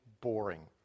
boring